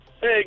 Hey